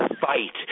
Fight